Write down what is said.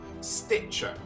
Stitcher